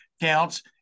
counts